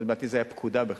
לדעתי זה היה פקודה בכלל,